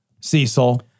Cecil